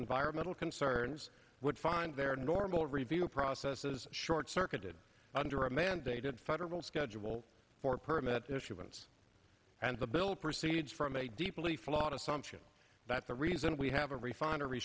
environmental concerns would find their normal review process is short circuited under a mandated federal schedule for permit issuance and the bill proceeds from a deeply flawed assumption that the reason we have a refinery